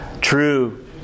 true